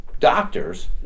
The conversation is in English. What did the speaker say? Doctors